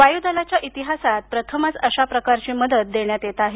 वायु दलाच्या इतिहासात प्रथमच अशा प्रकारची मदत देण्यात येत आहे